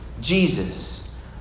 Jesus